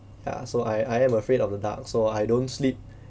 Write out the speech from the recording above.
ya so I I am afraid of the dark so I don't sleep